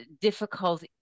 difficult